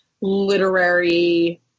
literary